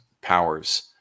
powers